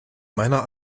meiner